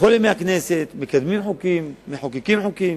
בכל ימי הכנסת מקדמים חוקים, מחוקקים חוקים,